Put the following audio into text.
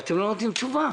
אתם לא נותנים תשובה.